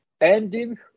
ending